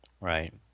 right